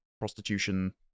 prostitution